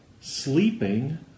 sleeping